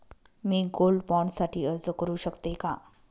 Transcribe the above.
मी gold bond साठी अर्ज करु शकते का?